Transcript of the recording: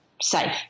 safe